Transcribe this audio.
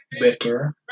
better